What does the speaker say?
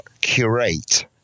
curate